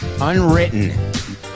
Unwritten